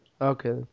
okay